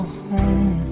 home